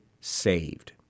saved